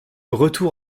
retour